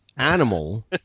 animal